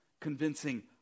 convincing